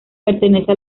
pertenece